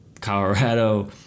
Colorado